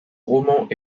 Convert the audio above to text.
romans